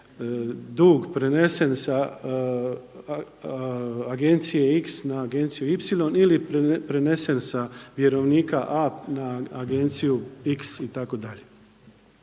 dug prenesen sa agencije X na agenciju Y ili prenesen sa vjerovnika A na agenciju X itd..